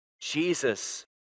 Jesus